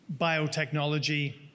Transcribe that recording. biotechnology